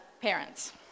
parents